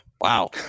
Wow